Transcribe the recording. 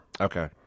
Okay